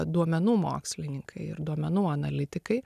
duomenų mokslininkai ir duomenų analitikai